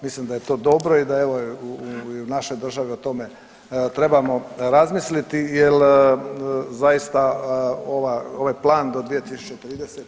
Mislim da je to dobro i da evo u našoj državi o tome trebamo razmisliti jer zaista ovaj plan do 2030.